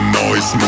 noise